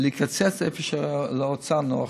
לקצץ איפה שלאוצר נוח.